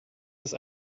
ist